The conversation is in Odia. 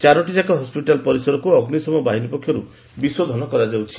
ଚାରୋଟି ଯାକ ହସପିଟାଲ ପରିସରକୁ ଅଗ୍ରିଶମ ବାହିନୀ ପକ୍ଷରୁ ବିଶୋଧନ କରାଯାଉଛି